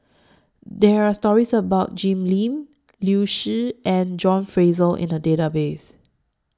There Are stories about Jim Lim Liu Si and John Fraser in The Database